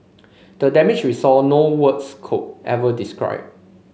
the damage we saw no words could ever describe